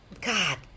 God